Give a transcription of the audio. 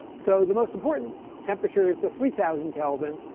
so the most important temperatures the three thousand kelvin,